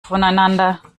voneinander